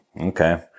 okay